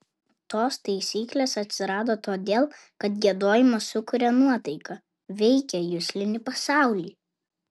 tos taisyklės atsirado todėl kad giedojimas sukuria nuotaiką veikia juslinį pasaulį